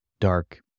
dark